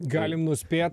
galim nuspėt